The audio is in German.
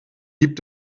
gibt